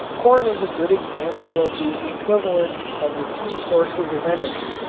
corn is a good example of the equivalence of the two sources of energy.